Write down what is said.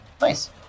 Nice